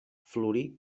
florir